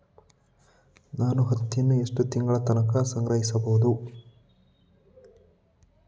ನಾನು ಹತ್ತಿಯನ್ನ ಎಷ್ಟು ತಿಂಗಳತನ ಸಂಗ್ರಹಿಸಿಡಬಹುದು?